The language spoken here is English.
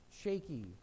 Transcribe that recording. shaky